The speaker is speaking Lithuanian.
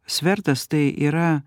svertas tai yra